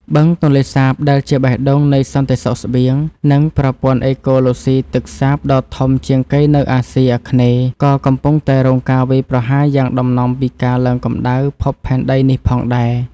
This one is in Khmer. បឹងទន្លេសាបដែលជាបេះដូងនៃសន្តិសុខស្បៀង និងប្រព័ន្ធអេកូឡូស៊ីទឹកសាបដ៏ធំជាងគេនៅអាស៊ីអាគ្នេយ៍ ក៏កំពុងតែរងការវាយប្រហារយ៉ាងដំណំពីការឡើងកម្ដៅភពផែនដីនេះផងដែរ។